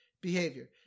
behavior